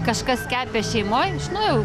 kažkas kepė šeimoje žinojau